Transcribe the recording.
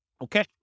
Okay